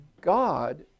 God